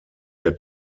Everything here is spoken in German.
der